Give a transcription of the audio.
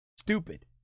stupid